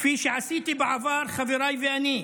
כפי שעשיתי בעבר, חבריי ואני,